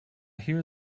hear